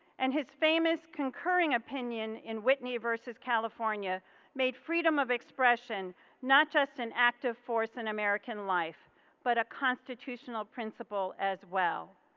and his famous concurring opinion in whitney versus california made freedom of expression not just an active force in american life but a constitutional principle as well.